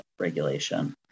regulation